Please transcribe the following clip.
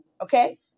Okay